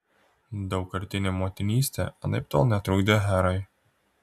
daugkartinė motinystė anaiptol netrukdė herai